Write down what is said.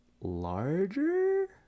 larger